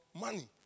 money